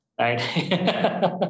right